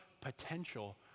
potential